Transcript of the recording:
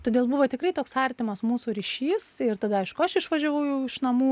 todėl buvo tikrai toks artimas mūsų ryšys ir tada aišku aš išvažiavau jau iš namų